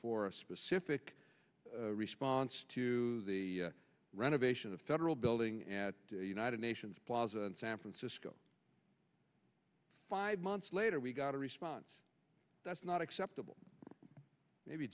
for a specific response to the renovation of a federal building at united nations plaza in san francisco five months later we got a response that's not acceptable maybe